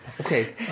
Okay